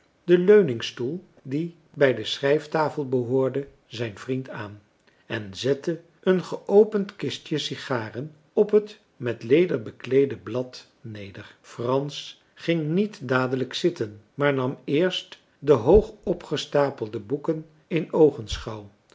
den leuningstoel die bij de schrijftafel behoorde zijn vriend aan en zette een geopend kistje sigaren op het met leder bekleede blad neder frans ging niet dadelijk zitten maar nam eerst de hoog opgestapelde boeken in